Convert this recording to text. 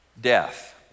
death